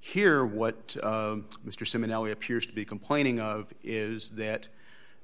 here what mr seminary appears to be complaining of is that